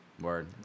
Word